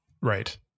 Right